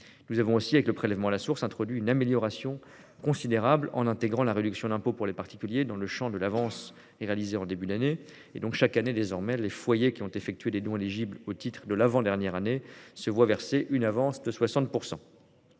Nous avons aussi, avec le prélèvement à la source, introduit une amélioration considérable, en intégrant la réduction d'impôt pour les particuliers dans le champ de l'avance versée en janvier : chaque année, désormais, les foyers qui ont effectué des dons éligibles au titre de l'avant-dernière année se voient verser à cette date